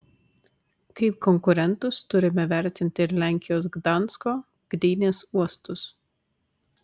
kaip konkurentus turime vertinti ir lenkijos gdansko gdynės uostus